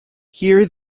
here